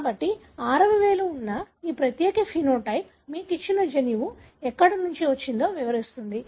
కాబట్టి ఆరవ వేలు ఉన్న ఈ ప్రత్యేక ఫెనోటైప్ మీకు ఇచ్చిన జన్యువు ఎక్కడ నుండి వచ్చిందో ఇది వివరిస్తుంది